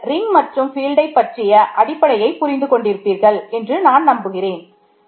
இதனால் நீங்கள் ரிங் பற்றிய அடிப்படையை புரிந்து கொண்டிருப்பீர்கள் என்று நான் நம்புகிறேன்